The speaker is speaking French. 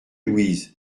louise